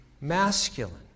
masculine